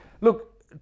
look